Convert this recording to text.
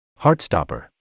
Heartstopper